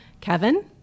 Kevin